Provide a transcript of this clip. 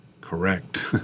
correct